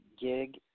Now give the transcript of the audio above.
gig